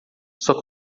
sua